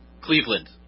Cleveland